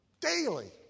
Daily